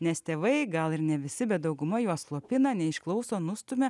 nes tėvai gal ir ne visi bet dauguma juos slopina neišklauso nustumia